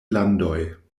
landoj